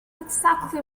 exactly